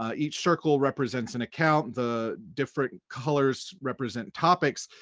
ah each circle represents an account. the different colors represent topics.